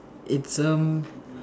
it's um